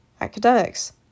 academics